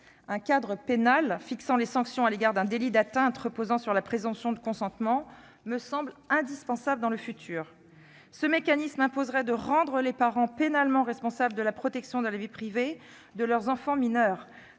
d'un cadre pénal fixant les sanctions d'un délit d'atteinte reposant sur la présomption de consentement me semble indispensable à l'avenir. Ce mécanisme imposerait de rendre les parents pénalement responsables de la protection de la vie privée de leurs enfants mineurs.